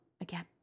again